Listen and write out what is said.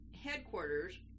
headquarters